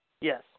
Yes